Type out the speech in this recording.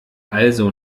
also